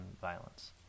violence